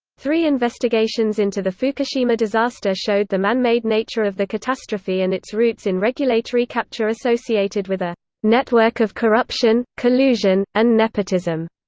three investigations into the fukushima disaster showed the man-made nature of the catastrophe and its roots in regulatory capture associated with a network of corruption, collusion, and nepotism.